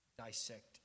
dissect